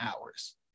hours